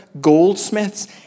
goldsmiths